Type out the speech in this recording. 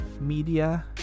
media